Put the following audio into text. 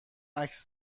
عکس